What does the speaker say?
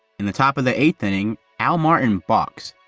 in the top of the eighth inning, al martin balks.